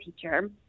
teacher